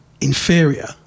inferior